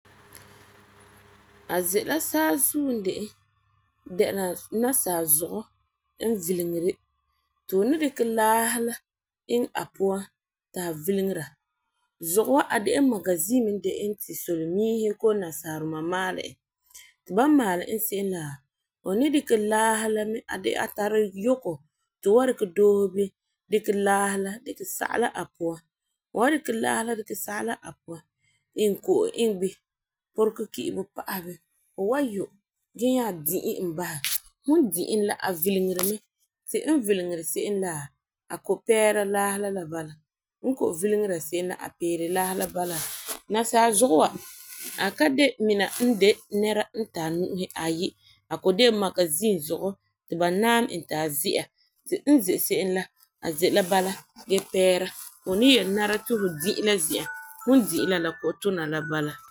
A ze la saazuo n de e dɛna nasaa zugu n vilegeri ti fu ni dikɛ laasi la iŋɛ a puan ti a vileŋera. Zugu la a de magazim n de e ti solemiisi koo nasaduma maalɛ e ti ba maalɛ e se'em, fu ni dikɛ laasi mɛ ia de a tari yuko tu fu wan dikɛ doose bin dikɛ laasi la dikɛ sagelɛ a puan fu wan dikɛ laasi sagelɛ a puan fu wan iŋɛ ko'om iŋɛ bin porege ki'ibo pa'asɛ bini fu wan nyo gee nya di'i e basɛ hu di'i e la a vileŋera mɛ ti e vileŋeri se'em la a ko peera laasi la la bala n ko vileŋeri se'em a ko peera la. Nasaa zugu wa a ka de mina n de nɛra n ta nu'usi aayi a ko de magazim zugu ti ba naam e ti a zi'a ti n ze se'em la a ze la bala gee peera hu yin nara ti fu di'i la zi'an fu di'i la la ko tuna la bala.